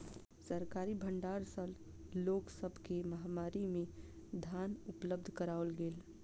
सरकारी भण्डार सॅ लोक सब के महामारी में धान उपलब्ध कराओल गेल